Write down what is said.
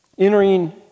Entering